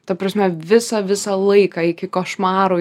ta prasme visą visą laiką iki košmarų